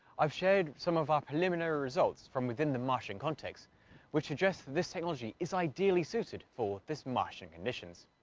i've shared some of our preliminary results from within the martian context which suggests this technology is ideally suited for this martian conditions.